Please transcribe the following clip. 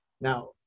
Now